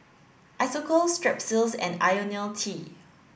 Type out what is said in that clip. Isocal Strepsils and Ionil T